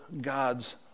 God's